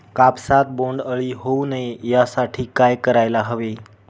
कापसात बोंडअळी होऊ नये यासाठी काय करायला हवे?